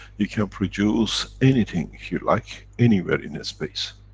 you can produce anything, if you like, anywhere in in space.